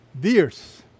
deers